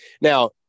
now